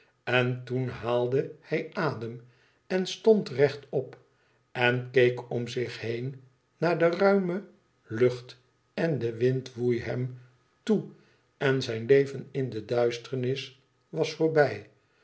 en toen haalde hij adem en stond rechtop en kees om zich heen naar de ruime lucht en de wind voei hem toe en zijn leven in de duisternis was voorbij